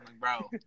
bro